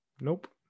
Nope